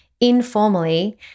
informally